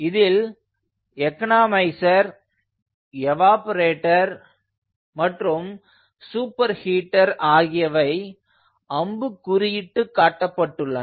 இதில் economiser evaporator மற்றும் super heater ஆகியவை அம்புக் குறியிட்டு காட்டப்பட்டுள்ளன